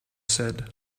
said